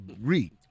read